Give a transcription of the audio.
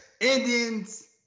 Indians